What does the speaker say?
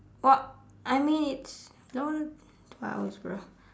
what I mean it's two hours bro